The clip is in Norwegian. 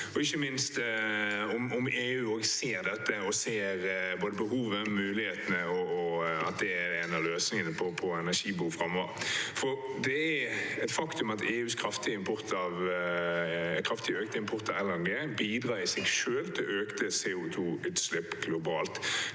og ikke minst om EU også ser dette og ser både behovet, mulighetene og at det er en av løsningene på energibehovet framover. Det er et faktum at EUs kraftig økte import av LNG i seg selv bidrar til økte CO2-utslipp globalt.